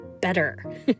better